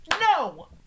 No